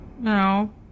No